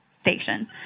station